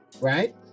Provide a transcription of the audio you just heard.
right